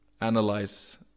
analyze